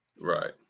Right